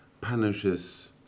punishes